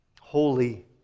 holy